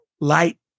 light